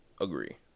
agree